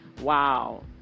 Wow